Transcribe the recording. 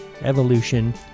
evolution